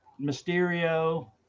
mysterio